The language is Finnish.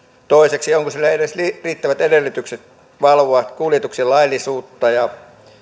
toiseksi onko sillä edes riittävät edellytykset valvoa kuljetuksien laillisuutta